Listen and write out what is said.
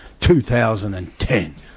2010